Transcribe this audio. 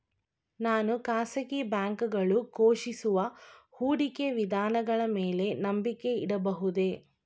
ನಾನು ಖಾಸಗಿ ಬ್ಯಾಂಕುಗಳು ಘೋಷಿಸುವ ಹೂಡಿಕೆ ವಿಧಾನಗಳ ಮೇಲೆ ನಂಬಿಕೆ ಇಡಬಹುದೇ?